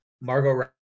Margot